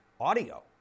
audio